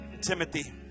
Timothy